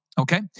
Okay